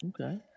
Okay